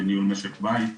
בניהול משק בית.